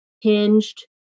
hinged